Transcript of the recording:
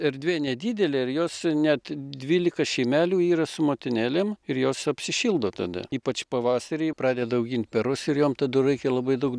erdvė nedidelė ir jos net dvylika šeimelių yra su motinėlėm ir jos apsišildo tada ypač pavasarį pradeda augint perus ir jom tada reikia labai daug